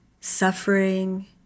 Suffering